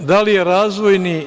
Da li je razvojni?